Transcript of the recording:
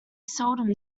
seldom